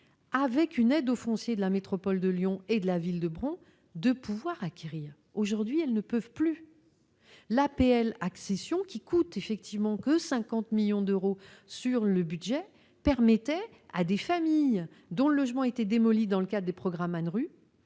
avec une aide au foncier de la métropole de Lyon et de la ville de Bron, d'acquérir. Aujourd'hui, elles ne le peuvent plus. L'APL accession, qui ne coûte que 50 millions d'euros, permettait à des familles, dont le logement était démoli dans le cadre des programmes de